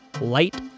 Light